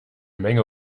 menge